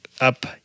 up